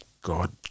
god